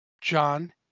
John